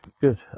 Good